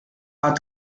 hat